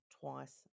twice